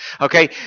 okay